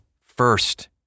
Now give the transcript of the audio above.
first